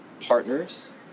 partners